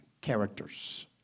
characters